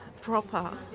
proper